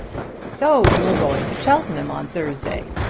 so you're going to cheltenham on thursday?